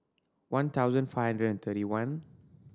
one thousand five hundred and thirty one